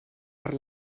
per